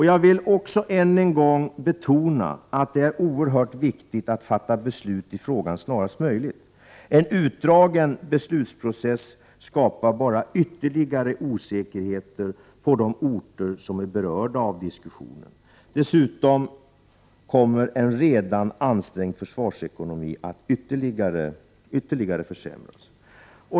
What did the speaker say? Jag vill också ännu en gång betona att det är oerhört viktigt att fatta beslut i frågan snarast möjligt. En utdragen beslutsprocess skapar bara ytterligare osäkerheter på de orter som är berörda av diskussionen. Dessutom kommer en redan ansträngd försvarsekonomi att ytterligare försämras.